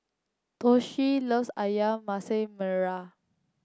Toshio loves ayam Masak Merah